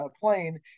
plane